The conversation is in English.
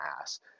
ass